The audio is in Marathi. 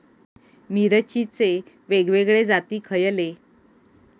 मिरचीचे वेगवेगळे जाती खयले?